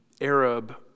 Arab